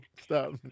Stop